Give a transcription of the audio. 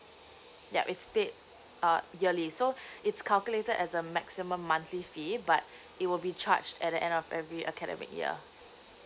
yup it's paid uh yearly so it's calculated as a maximum monthly fee but it will be charged at the end of every academic year